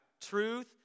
Truth